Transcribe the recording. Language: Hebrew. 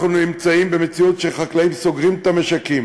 אנחנו נמצאים במציאות שחקלאים סוגרים את המשקים.